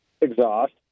exhaust